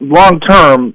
long-term